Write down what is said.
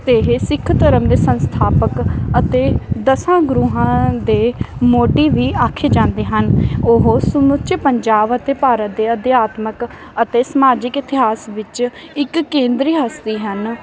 ਅਤੇ ਇਹ ਸਿੱਖ ਧਰਮ ਦੇ ਸੰਸਥਾਪਕ ਅਤੇ ਦਸਾਂ ਗੁਰੂਆਂ ਦੇ ਮੋਢੀ ਵੀ ਆਖੇ ਜਾਂਦੇ ਹਨ ਉਹ ਸਮੁੱਚੇ ਪੰਜਾਬ ਅਤੇ ਭਾਰਤ ਦੇ ਅਧਿਆਤਮਕ ਅਤੇ ਸਮਾਜਿਕ ਇਤਿਹਾਸ ਵਿੱਚ ਇੱਕ ਕੇਂਦਰੀ ਹਸਤੀ ਹਨ